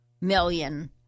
million